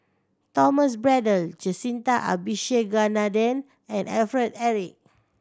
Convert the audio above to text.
Thomas Braddell Jacintha Abisheganaden and Alfred Eric